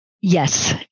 Yes